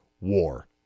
war